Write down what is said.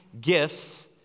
gifts